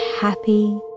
happy